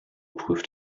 prüft